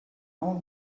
own